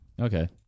Okay